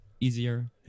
easier